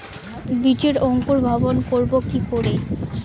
বীজের অঙ্কুরিভবন করব কি করে?